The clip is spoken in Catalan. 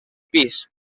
pis